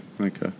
okay